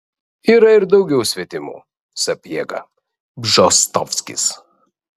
yra ir daugiau svetimų sapiega bžostovskis